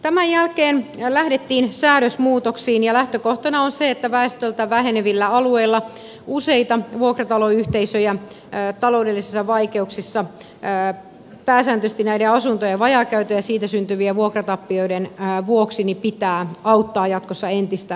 tämän jälkeen lähdettiin säädösmuutoksiin ja lähtökohtana on se että väestöltään vähenevillä alueilla sijaitsevia useita vuokrataloyhteisöjä ja taloudellisissa vaikeuksissa jää pääsääntöisesti näiden asuntojen vajaakäytön ja siitä syntyvien vuokratappioiden vuoksi taloudelli sissa vaikeuksissa olevia vuokrataloyhteisöjä pitää auttaa jatkossa entistä tehokkaammin